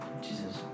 Jesus